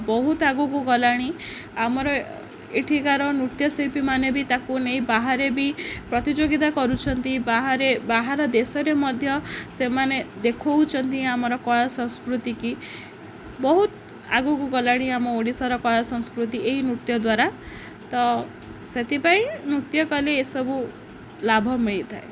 ବହୁତ ଆଗକୁ ଗଲାଣି ଆମର ଏଠିକାର ନୃତ୍ୟଶିଳ୍ପୀ ମାନେ ବି ତାକୁ ନେଇ ବାହାରେ ବି ପ୍ରତିଯୋଗିତା କରୁଛନ୍ତି ବାହାରେ ବାହାର ଦେଶରେ ମଧ୍ୟ ସେମାନେ ଦେଖାଉଛନ୍ତି ଆମର କଳା ସଂସ୍କୃତିକି ବହୁତ ଆଗକୁ ଗଲାଣି ଆମ ଓଡ଼ିଶାର କଳା ସଂସ୍କୃତି ଏଇ ନୃତ୍ୟ ଦ୍ୱାରା ତ ସେଥିପାଇଁ ନୃତ୍ୟ କଲେ ଏସବୁ ଲାଭ ମିଳିଥାଏ